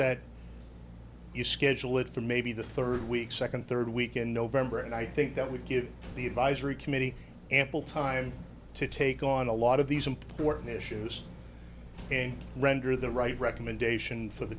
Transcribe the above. that you schedule it for maybe the third week second third week in november and i think that would give the advisory committee ample time to take on a lot of these important issues and render the right recommendation for the